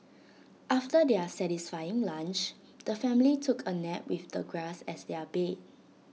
after their satisfying lunch the family took A nap with the grass as their bed